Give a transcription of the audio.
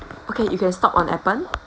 okay you can stop on Appen